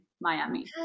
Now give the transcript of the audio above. Miami